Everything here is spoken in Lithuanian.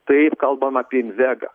taip kalbam apie invegą